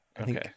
Okay